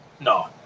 No